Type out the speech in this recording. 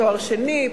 תואר שני,